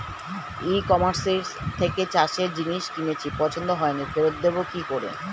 ই কমার্সের থেকে চাষের জিনিস কিনেছি পছন্দ হয়নি ফেরত দেব কী করে?